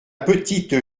petite